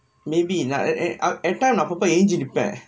maybe நா ந~ எட்டாது நா அப்பப்ப ஏஞ்சி நிப்ப:naa na~ yettaathu appeappe naa yaenji nippa